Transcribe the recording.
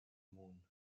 moon